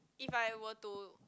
if I were to